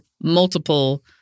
multiple